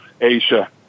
Asia